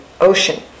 ocean